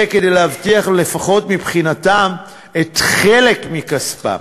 כדי להבטיח, לפחות מבחינתם, חלק מכספם.